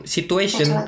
Situation